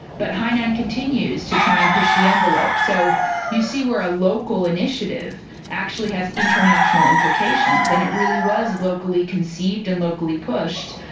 but hainan continues to try and push the envelope. so you see where a local initiative actually has international implications, and it really was locally conceived and locally pushed.